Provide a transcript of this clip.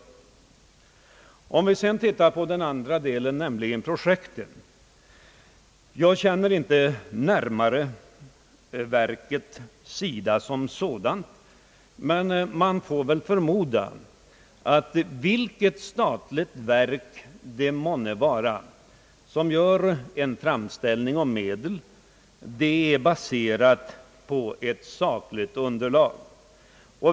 Låt oss sedan titta på den andra delen, nämligen projekten. Jag känner inte närmare till SIDA som sådant, men man får väl förmoda att vilket statligt verk det än må vara som gör en framställning, så är den baserad på ett sakligt underlag.